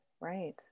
right